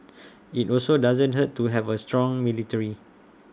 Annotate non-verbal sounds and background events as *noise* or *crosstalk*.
*noise* IT also doesn't hurt to have A strong military